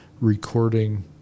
recording